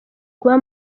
kuba